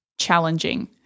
challenging